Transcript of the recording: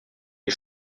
les